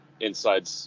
inside